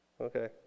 Okay